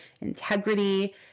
integrity